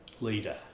leader